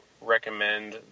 recommend